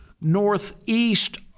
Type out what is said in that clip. northeast